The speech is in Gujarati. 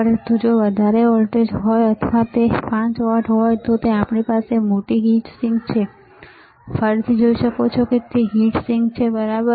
પરંતુ જો તે વધારે વોટેજ હોય અથવા તે 5 વોટ હોય તો આપણી પાસે મોટી હીટ સિંક છે તમે ફરીથી જોઈ શકો છો કે તે હીટ સિંક છે બરાબર